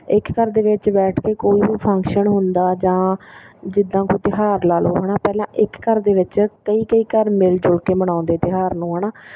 ਇੱਕ ਘਰ ਦੇ ਵਿੱਚ ਬੈਠ ਕੇ ਕੋਈ ਵੀ ਫੰਕਸ਼ਨ ਹੁੰਦਾ ਜਾਂ ਜਿੱਦਾਂ ਕੋਈ ਤਿਉਹਾਰ ਲਾ ਲਓ ਹੈ ਨਾ ਪਹਿਲਾਂ ਇੱਕ ਘਰ ਦੇ ਵਿੱਚ ਕਈ ਕਈ ਘਰ ਮਿਲ ਜੁਲ ਕੇ ਮਨਾਉਂਦੇ ਤਿਉਹਾਰ ਨੂੰ ਹੈ ਨਾ